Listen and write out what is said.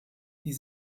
die